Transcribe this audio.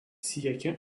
siekė